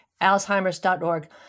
Alzheimer's.org